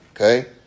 okay